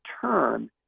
turn